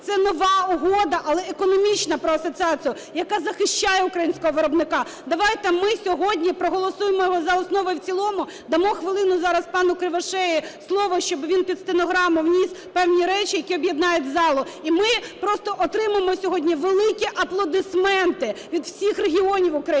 це нова угода, але економічна про асоціацію, яка захищає українського виробника! Давайте ми сьогодні проголосуємо його за основу і в цілому. Дамо хвилину, зараз пану Кривошеї слово, щоб він під стенограму вніс певні речі, які об'єднають залу. І ми просто отримаємо сьогодні великі аплодисменти від всіх регіонів України,